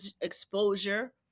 exposure